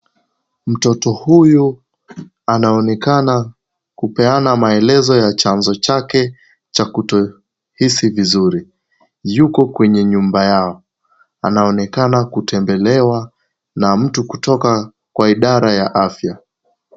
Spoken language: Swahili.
Mtoto huyu anaonekana kupeana maelezo ya chanzo chake cha kutohisi vizuri. Yuko kwenye nyumba yao, anaonekana kutembelewa na mtu kutoka kwa idara ya afya.